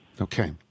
Okay